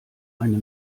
eine